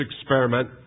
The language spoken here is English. experiment